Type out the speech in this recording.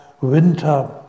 winter